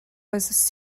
was